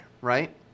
right